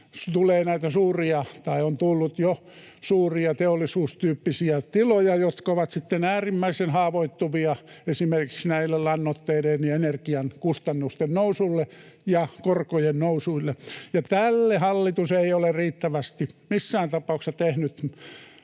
Tulee tai on tullut jo näitä suuria teollisuustyyppisiä tiloja, jotka ovat sitten äärimmäisen haavoittuvia esimerkiksi lannoitteiden ja energian kustannusten nousulle ja korkojen nousuille. Hallitus ei ole missään tapauksessa